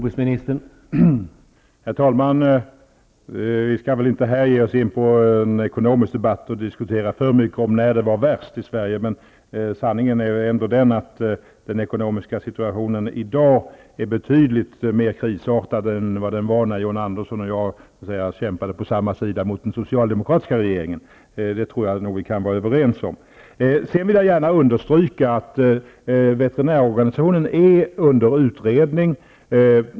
Herr talman! Vi skall väl inte här ge oss in på en ekonomisk debatt och diskutera om när det var värst i Sverige. Sanningen är den att den ekonomiska situationen i dag är betydligt mer krisartad än när John Andersson och jag så att säga kämpade på samma sida mot den socialdemokratiska regeringen. Det tror jag nog att vi kan vara överens om. Jag vill gärna understryka att veterinärorganisationen är under utredning.